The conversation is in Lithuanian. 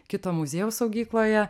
kito muziejaus saugykloje